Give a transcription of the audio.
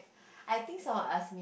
I think someone ask